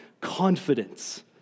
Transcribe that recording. confidence